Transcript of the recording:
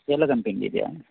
ಎಲ್ಲ ಜಂಪಿಂಗ್ ಇದೆಯಾ